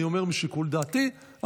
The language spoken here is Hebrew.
אני אומר משיקול דעתי,